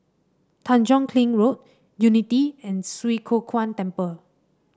Tanjong Kling Road Unity and Swee Kow Kuan Temple